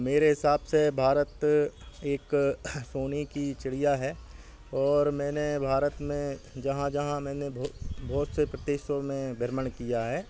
मेरे हिसाब से भारत एक सोने की चिड़िया है और मैंने भारत में जहाँ जहाँ मैंने बहुत से प्रदेशों में भ्रमण किया है